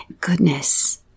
goodness